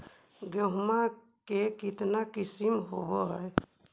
गेहूमा के कितना किसम होबै है?